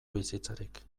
bizitzarik